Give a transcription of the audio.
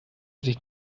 sich